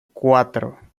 cuatro